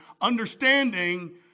Understanding